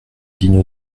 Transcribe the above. dino